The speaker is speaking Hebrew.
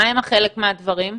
מה הם חלק מהדברים?